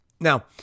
Now